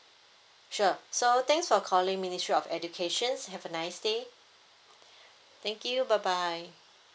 sure so thanks for calling ministry of educations have a nice day thank you bye bye